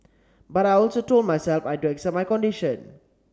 but I also told myself I had to accept my condition